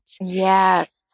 Yes